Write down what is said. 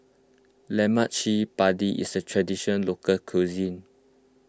Lemak Cili Padi is a Traditional Local Cuisine